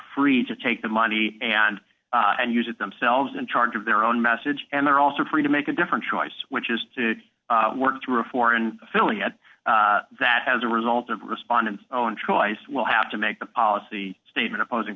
free to take the money and and use it themselves in charge of their own message and they're also free to make a different choice which is to work through a foreign affiliate that has a result of respondents own choice will have to make the policy statement opposing